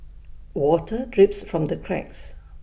water drips from the cracks